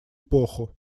эпоху